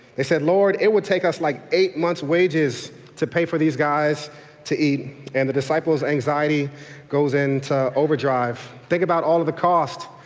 they said lord, it would take us like eight months' wages to pay for these guys to eat and the disciples anxiety goes into overdrive. think about all the cost.